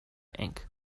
inc